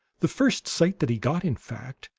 the first sight that he got, in fact,